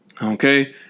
Okay